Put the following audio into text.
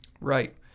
Right